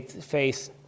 face